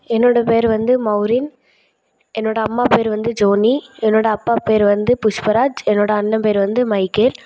என்னோட பேர் வந்து மௌரின் என்னோட அம்மா பேர் வந்து ஜோனி என்னோட அப்பா பேர் வந்து புஷ்ப்பராஜ் என்னோட அண்ணன் பேர் வந்து மைக்கேல்